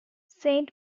saint